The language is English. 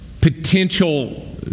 potential